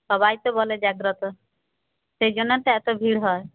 সবাই তো বলে জাগ্রত সেইজন্যে তো এত ভিড় হয়